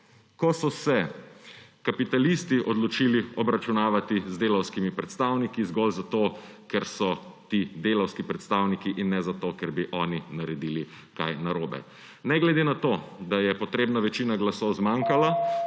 ko so se kapitalisti odločili obračunavati z delavskimi predstavniki zgolj zato, ker so ti delavski predstavniki, in ne zato, ker bi oni naredili kaj narobe. Ne glede na to, da je potrebna večina glasov zmanjkala,